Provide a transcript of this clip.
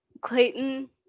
Clayton